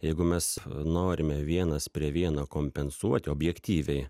jeigu mes norime vienas prie vieno kompensuoti objektyviai